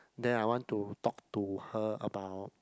then I want to talk to her about